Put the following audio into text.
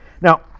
Now